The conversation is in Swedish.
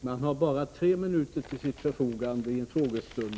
Man har bara tre minuter till sitt förfogande i en frågestund.